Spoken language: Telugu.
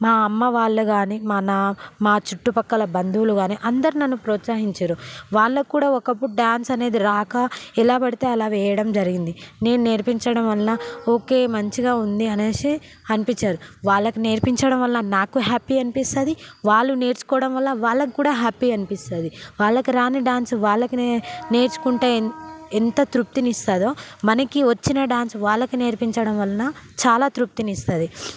మా అమ్మ వాళ్ళు కాని మన మా చుట్టుపక్కల బంధువులు కానీ అందరూ నన్ను ప్రోత్సహించారు వాళ్ళకి కూడా ఒకప్పుడు డ్యాన్స్ అనేది రాక ఎలా పడితే అలా వేయడం జరిగింది నేను నేర్పించడం వల్ల ఓకే మంచిగా ఉంది అనేసి అనిపించిరు వాళ్ళకు నేర్పించడం వల్ల నాకు హ్యాపీ అనిపిస్తుంది వాళ్ళు నేర్చుకోవడం వల్ల వాళ్ళకు కూడా హ్యాపీ అనిపిస్తుంది వాళ్ళకు రాని డాన్స్ వాళ్ళు నేర్చుకుంటే ఎంత తృప్తిని ఇస్తారో మనకి వచ్చిన డ్యాన్స్ వాళ్ళకి నేర్పించడం వలన చాలా తృప్తిని ఇస్తుందో మనకి వచ్చిన డాన్స్ వాళ్ళకి నేర్పించడం వలన చాలా తృప్తిని ఇస్తుంది